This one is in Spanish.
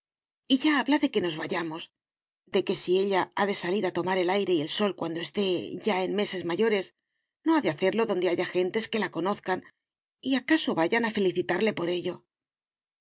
ya habla de que nos vayamos de que si ella ha de salir a tomar el aire y el sol cuando esté ya en meses mayores no ha de hacerlo donde haya gentes que la conozcan y que acaso vayan a felicitarle por ello